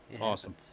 Awesome